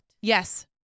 Yes